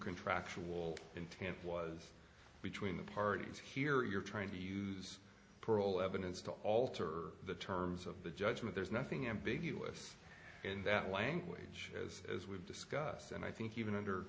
contractual intent was between the parties here you're trying to use perl evidence to alter the terms of the judgement there's nothing ambiguous in that language as as we've discussed and i think even under